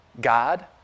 God